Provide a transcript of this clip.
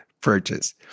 purchase